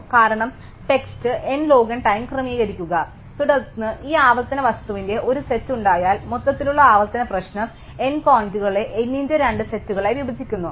കാരണം text n log n time ക്രമീകരിക്കുക തുടർന്ന് ഈ ആവർത്തനവസ്തുവിന്റെ ഒരു സെറ്റ് ഉണ്ടായാൽ മൊത്തത്തിലുള്ള ആവർത്തന പ്രശ്നം n പോയിന്റുകളെ n ന്റെ രണ്ട് സെറ്റുകളായി വിഭജിക്കുന്നു